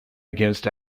against